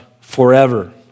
forever